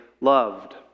loved